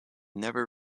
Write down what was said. never